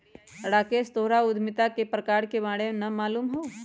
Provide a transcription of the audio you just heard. राकेश तोहरा उधमिता के प्रकार के बारे में मालूम हउ